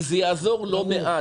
וזה יעזור לא מעט.